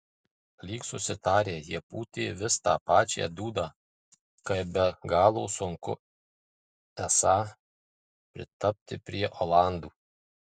lyg susitarę jie pūtė vis tą pačią dūdą kaip be galo sunku esą pritapti prie olandų